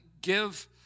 give